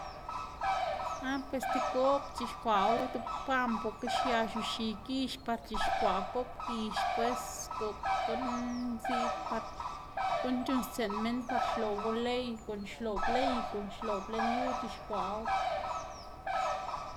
ah pues ti goꞌb c̲h̲ixkwaꞌwu, duwpaná boka sia c̲h̲ixi gix par c̲h̲ixkwaꞌ goꞌb gix pues, goꞌb guꞌn ziꞌd par guꞌn c̲h̲uꞌnnstsiꞌn minn par xloꞌbu ley, guꞌn xloꞌb ley y guꞌn xloꞌb lën yu xc̲h̲ixkwaꞌwu.